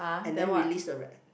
and then release the rat